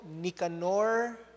Nicanor